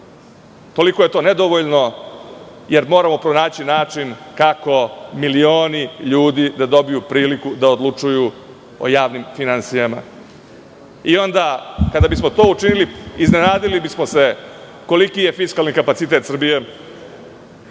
toliko je to nedovoljno jer moramo pronaći način kako milioni ljudi da dobiju priliku da odlučuju o javnim finansijama. Onda kada bismo to učinili, iznenadili bismo se koliki je fiskalni kapacitet Srbije